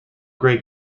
great